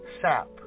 sap